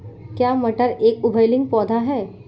क्या मटर एक उभयलिंगी पौधा है?